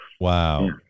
Wow